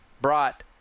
brought